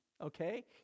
Okay